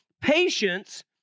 patience